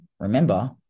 Remember